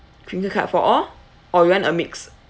crinkle cut for all or you want a mix